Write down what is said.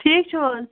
ٹھیٖک چھِو حظ